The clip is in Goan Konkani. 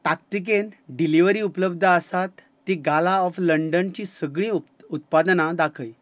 ताकतिकेन डिलिव्हरी उपलब्ध आसात ती गाला ऑफ लंडनची सगळीं उप उत्पादनां दाखय